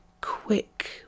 quick